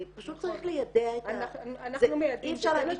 פשוט צריך ליידע -- אנחנו מיידעים -- אי אפשר